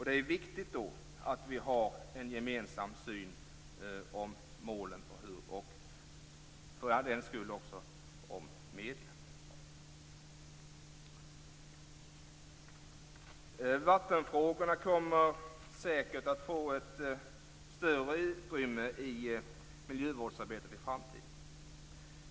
Det är viktigt att vi har en gemensam syn när det gäller målen och medlen. Vattenfrågorna kommer säkert att få ett större utrymme i miljövårdsarbetet i framtiden.